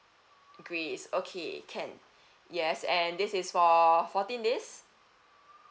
greece okay can yes and this is for fourteen days